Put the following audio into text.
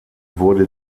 wurde